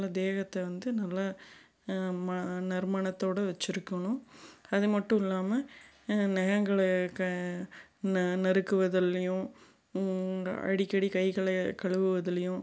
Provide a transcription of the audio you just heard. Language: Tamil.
நல்லா தேகத்தை வந்து நல்ல நம்ம நறுமணத்தோடு வச்சிருக்கணும் அதுமட்டும் இல்லாமல் நகங்களை க நறுக்குவதிலேயும் அடிக்கடி கைகளை கழுவுவதிலேயும்